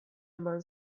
eman